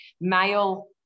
male